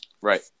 Right